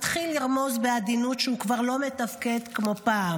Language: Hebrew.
התחיל לרמוז בעדינות שהוא כבר לא מתפקד כמו פעם,